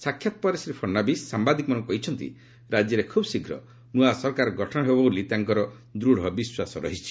ସାକ୍ଷାତ ପରେ ଶ୍ରୀ ଫଡ଼ନାବିସ୍ ସାମ୍ବାଦିକମାନଙ୍କୁ କହିଛନ୍ତି ରାଜ୍ୟରେ ଖୁବ୍ ଶୀଘ୍ର ନୂଆ ସରକାର ଗଠନ ହେବ ବୋଲି ତାଙ୍କର ଦୂଢ଼ ବିଶ୍ୱାସ ରହିଛି